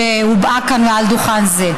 שהובעה כאן, מעל דוכן זה.